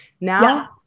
now